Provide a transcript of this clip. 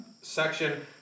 section